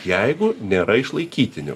jeigu nėra išlaikytinių